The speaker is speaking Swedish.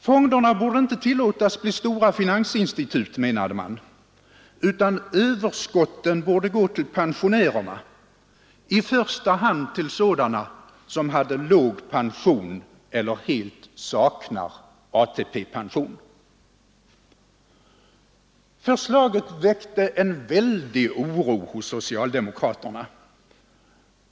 Fonderna borde inte tillåtas bli stora finansinstitut, menade man, utan överskotten borde gå till pensionärerna — i första hand till sådana som hade låg pension eller helt saknade ATP-pension. Förslaget väckte en väldig oro hos socialdemokraterna.